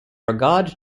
regard